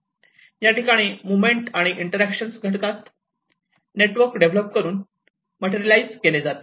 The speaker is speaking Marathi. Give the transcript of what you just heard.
या ठिकाणी मोव्हमेन्ट आणि इंटरॅक्शन घडतात नेटवर्क डेव्हलप करून मटेरिअलाईझ केले जाते